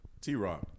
T-Rock